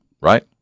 right